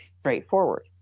straightforward